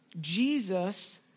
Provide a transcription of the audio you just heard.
Jesus